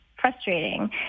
frustrating